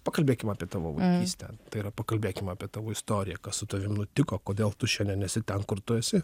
pakalbėkim apie tavo vaikystę tai yra pakalbėkim apie tavo istoriją kas su tavim nutiko kodėl tu šiandien esi ten kur tu esi